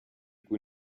cui